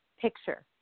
picture